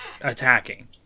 attacking